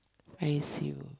where is you